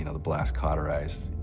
you know the blast cauterized